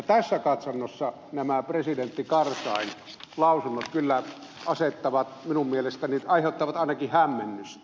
tässä katsannossa nämä presidentti karzain lausunnot kyllä minun mielestäni aiheuttavat ainakin hämmennystä